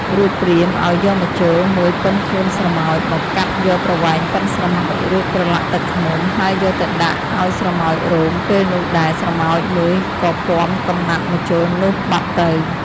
រួចព្រាហ្មណ៍ឲ្យយកម្ជុល មួយប៉ុនខ្លួនស្រមោច មកកាត់យកប្រវែងប៉ុនស្រមោច រួចប្រឡាក់ទឹកឃ្មុំ ហើយយកទៅដាក់ឲ្យស្រមោចរោម ពេលនោះដែរ ស្រមោចមួយក៏ពាំកំណាត់ម្ជុលនោះបាត់ទៅ។